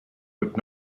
would